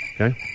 Okay